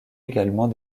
également